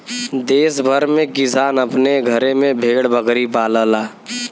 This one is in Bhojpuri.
देस भर में किसान अपने घरे में भेड़ बकरी पालला